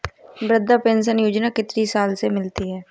वृद्धा पेंशन योजना कितनी साल से मिलती है?